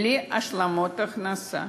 בלי השלמות הכנסה.